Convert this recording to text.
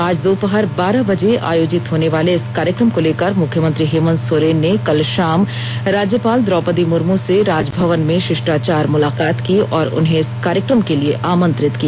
आज दोपहर बारह बजे आयोजित होने वाले इस कार्यक्रम को लेकर मुख्यमंत्री हेमंत सोरेन ने कल शाम राज्यपाल द्रौपदी मुर्मू से राजभवन में शिष्टाचार मुलाकात की और उन्हें इस कार्यक्रम के लिए आमंत्रित किया